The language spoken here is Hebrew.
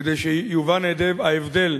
כדי שיובן היטב ההבדל,